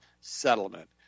settlement